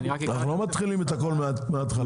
אנחנו לא מתחילים את הכל מהתחלה.